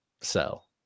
sell